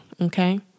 Okay